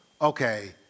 okay